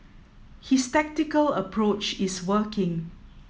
his tactical approach is working